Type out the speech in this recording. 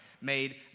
made